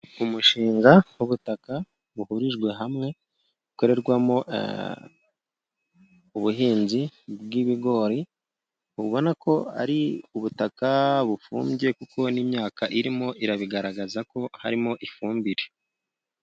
Umushinga w'ubutaka buhurijwe hamwe, bukorerwamo ubuhinzi bw'ibigori. Ubona ko ari ubutaka bufumbye kuko n'imyaka irimo irabigaragaza ko harimo ifumbire.